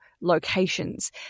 locations